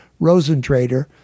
Rosentrader